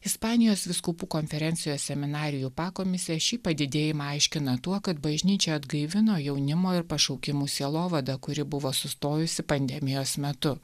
ispanijos vyskupų konferencijos seminarijų pakomisija šį padidėjimą aiškina tuo kad bažnyčia atgaivino jaunimo ir pašaukimų sielovadą kuri buvo sustojusi pandemijos metu